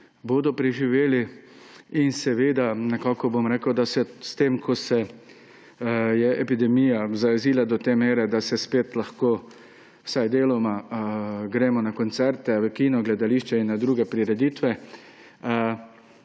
bodo preživeli. Rekel bom, s tem ko se je epidemija zajezila do te mere, da spet lahko vsaj deloma gremo na koncerte, v kino, gledališče in na druge prireditve,